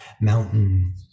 mountain